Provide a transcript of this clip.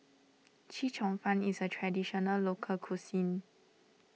Chee Cheong Fun is a Traditional Local Cuisine